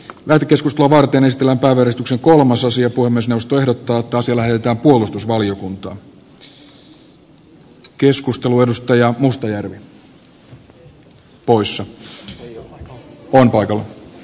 värikeskus lupaa tennistila palveli stuksen kolmas asia kuin myös puhemiesneuvosto ehdottaa että asia lähetetään puolustusvaliokuntaan